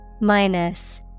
Minus